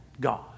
God